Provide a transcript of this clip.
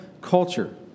culture